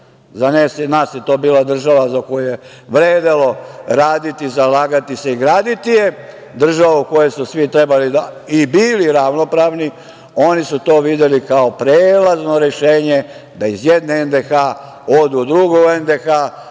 za njih.Za nas je to bila država za koju je vredelo raditi, zalagati se i graditi je, država u kojoj su svi trebali i bili ravnopravni. Oni su to videli kao prelazno rešenje da iz jedne NDH odu u drugu NDH,